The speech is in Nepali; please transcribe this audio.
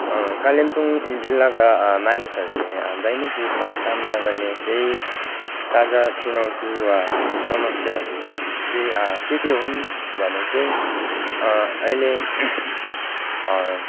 कालिम्पोङ जिल्लाका मानिसहरूले दैनिक रूपमा सामना गर्ने केही साझा चुनौती वा समस्याहरू चाहिँ के के हुन् भने चाहिँ आहिले